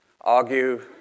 argue